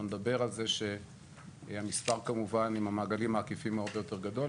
אנחנו נדבר על זה שהמספר כמובן עם המעגלים העקיפים הוא הרבה יותר גדול.